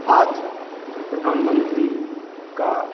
आज प्रधानमंत्री का